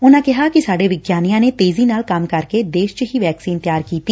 ਉਨ੍ਨਾਂ ਕਿਹਾ ਕਿ ਸਾਡੇ ਵਿਗਿਆਨੀਆਂ ਨੇ ਤੇਜ਼ੀ ਨਾਲ ਕੰਮ ਕਰਕੇ ਅਤੇ ਦੇਸ਼ ਚ ਹੀ ਵੈਕਸੀਨ ਤਿਆਰ ਕੀਤੀ